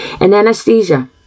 anesthesia